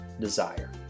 desire